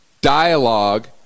dialogue